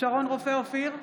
שרון רופא אופיר,